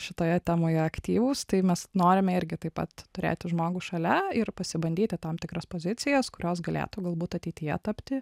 šitoje temoje aktyvūs tai mes norime irgi taip pat turėti žmogų šalia ir pasibandyti tam tikras pozicijas kurios galėtų galbūt ateityje tapti